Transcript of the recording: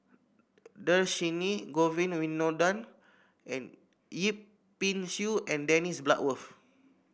Dhershini Govin Winodan and Yip Pin Xiu and Dennis Bloodworth